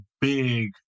big